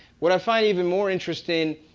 what i find even more interesting,